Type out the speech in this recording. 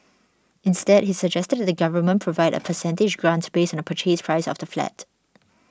instead he suggested that the Government Provide a percentage grant based on the Purchase Price of the flat